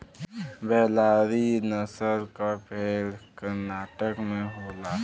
बेल्लारी नसल क भेड़ कर्नाटक में होला